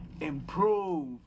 Improve